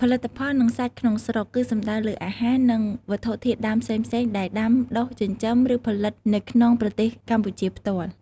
ផលិតផល និងសាច់ក្នុងស្រុក គឺសំដៅលើអាហារ និងវត្ថុធាតុដើមផ្សេងៗ ដែលដាំ ដុះ ចិញ្ចឹម ឬផលិតនៅក្នុងប្រទេសកម្ពុជាផ្ទាល់។